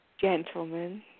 gentlemen